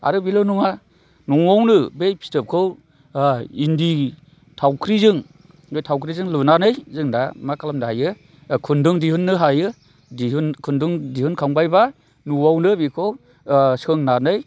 आरो बेल' नङा न'आवनो बे फिथोबखौ इन्दि थावख्रिजों बे थावख्रिजों लुनानै जों दा मा खालामनो हायो खुन्दुं दिहुननो हायो खुन्दुं दिहुनखांबायब्ला न'आवनो बिखौ सोंनानै